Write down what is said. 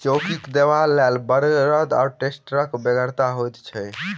चौकी देबाक लेल बड़द वा टेक्टरक बेगरता होइत छै